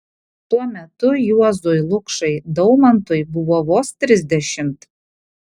tuo metu juozui lukšai daumantui buvo vos trisdešimt